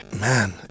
man